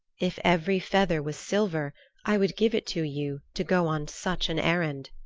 if every feather was silver i would give it to you to go on such an errand,